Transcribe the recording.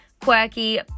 quirky